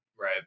Right